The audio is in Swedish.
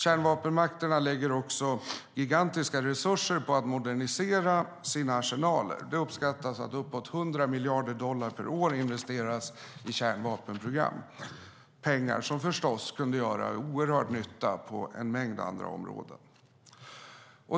Kärnvapenmakterna lägger också gigantiska resurser på att modernisera sina arsenaler - det uppskattas att 100 miljarder dollar per år investeras i kärnvapenprogram. Det är pengar som förstås kunde göra oerhörd nytta på en mängd andra områden.